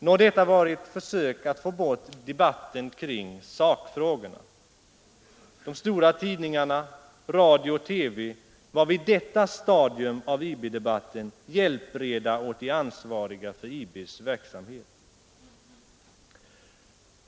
Nå, detta var ett försök att få bort debatten kring sakfrågorna. De stora tidningarna samt radio och TV var vid detta stadium av IB-debatten hjälpreda åt de ansvariga för IB:s verksamhet.